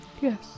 Yes